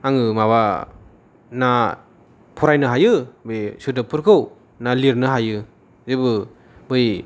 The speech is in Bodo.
आङो माबा ना फरायनो हायो बे सोदोबफोरखौ ना लिरनो हायो जेबो बै